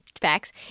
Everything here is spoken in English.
Facts